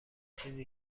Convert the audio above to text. چیزی